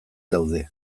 daude